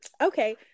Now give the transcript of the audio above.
okay